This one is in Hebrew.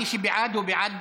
מי שבעד, הוא בעד